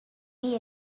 the